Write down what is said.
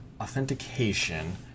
authentication